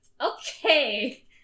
Okay